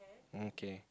okay